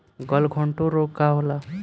गलघोंटु रोग का होला?